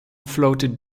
floated